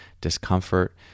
discomfort